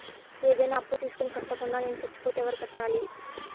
ఏదైనా అప్పు తీసుకొని కట్టకుండా నేను సచ్చిపోతే ఎవరు కట్టాలి?